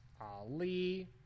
Ali